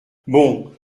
bon